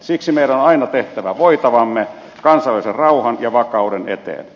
siksi meidän on aina tehtävä voitavamme kansainvälisen rauhan ja vakauden eteen